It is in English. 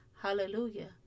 Hallelujah